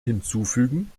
hinzufügen